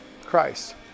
Christ